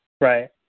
Right